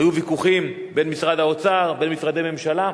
היו ויכוחים בין משרד האוצר, בין משרדי ממשלה,